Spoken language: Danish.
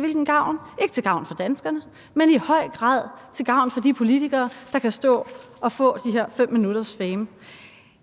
hvilken gavn? Ikke til gavn for danskerne, men i høj grad til gavn for de politikere, der kan stå og få de her fem minutters fame.